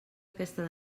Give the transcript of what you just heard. aquesta